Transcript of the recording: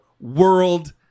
world